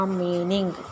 meaning